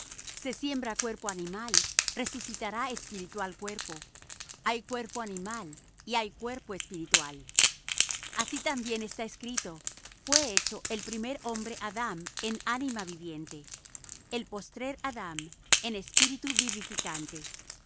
se siembra cuerpo animal resucitará espiritual cuerpo hay cuerpo animal y hay cuerpo espiritual así también está escrito fué hecho el primer hombre adam en ánima viviente el postrer adam en espíritu vivificante